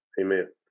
amen